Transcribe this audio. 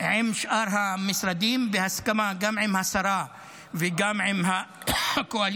עם שאר המשרדים בהסכמה גם עם השרה וגם עם הקואליציה,